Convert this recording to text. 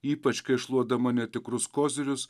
ypač kai šluodama netikrus kozirius